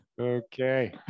Okay